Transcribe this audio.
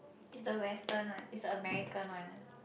is the western one is the American one ah